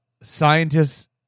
scientists